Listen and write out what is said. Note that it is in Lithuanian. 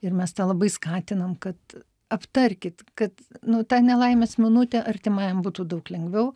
ir mes tą labai skatinam kad aptarkit kad nu tą nelaimės minutę artimajam būtų daug lengviau